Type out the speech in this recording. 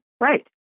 Right